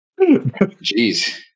Jeez